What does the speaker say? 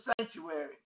sanctuary